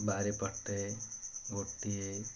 ବାରିପଟେ ଗୋଟିଏ